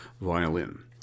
violin